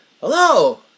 hello